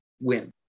Win